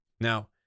Now